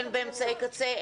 הן באמצעי קצה,